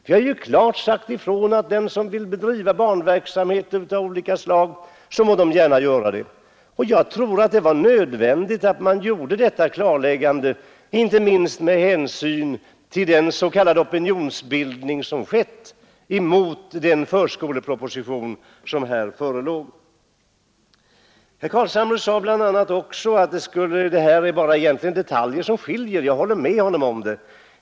Vi har klart sagt ifrån att de som vill bedriva barnverksamhet av olika slag gärna må göra det. Jag tror det var nödvändigt med detta klarläggande, inte minst med hänsyn till den s.k. opinionsbildning som skett mot den förskoleproposition som här föreligger. Herr Carlshamre sade bl.a. också att det egentligen bara är i detaljer som reservanternas och utskottsmajoritetens uppfattningar skiljer sig åt. Det håller jag med honom om.